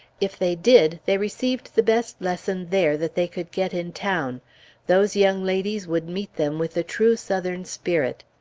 if they did, they received the best lesson there that they could get in town those young ladies would meet them with the true southern spirit.